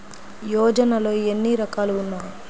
యోజనలో ఏన్ని రకాలు ఉన్నాయి?